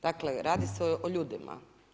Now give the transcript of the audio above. Dakle, radi se o ljudima.